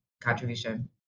contribution